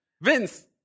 Vince